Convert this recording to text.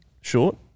short